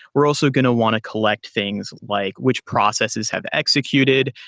we're also going to want to collect things like which processes have executed.